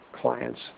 clients